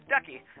ducky